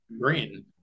green